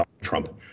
trump